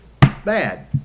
bad